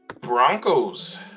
Broncos